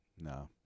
no